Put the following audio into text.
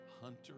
Hunter